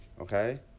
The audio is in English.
okay